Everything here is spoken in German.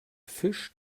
fisch